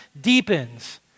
deepens